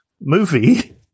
movie